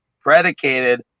predicated